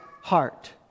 heart